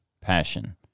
passion